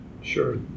Sure